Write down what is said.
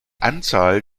anzahl